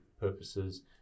purposes